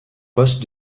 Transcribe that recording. poste